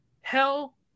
Hell